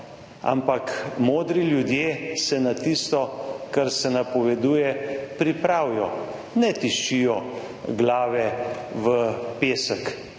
Ampak modri ljudje se na tisto, kar se napoveduje, pripravijo, ne tiščijo glave v pesek.